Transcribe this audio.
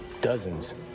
dozens